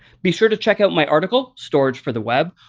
be sure to check out my article, storage for the web,